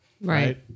Right